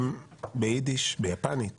ביידיש, ביפנית